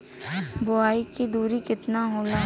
बुआई के दुरी केतना होला?